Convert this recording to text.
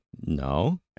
No